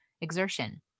exertion